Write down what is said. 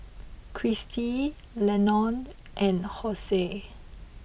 Christi Leonor and Hosie